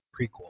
prequel